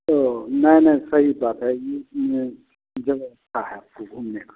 तो नहीं नहीं सही बात है जगह खूब है आपको घूमने का